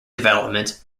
development